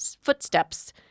footsteps